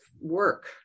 work